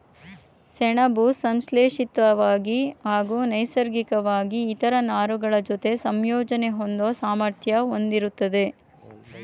ಸೆಣಬು ಸಂಶ್ಲೇಷಿತ್ವಾಗಿ ಹಾಗೂ ನೈಸರ್ಗಿಕ್ವಾಗಿ ಇತರ ನಾರುಗಳಜೊತೆ ಸಂಯೋಜನೆ ಹೊಂದೋ ಸಾಮರ್ಥ್ಯ ಹೊಂದಯ್ತೆ